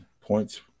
points